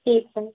ठीक है